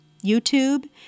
YouTube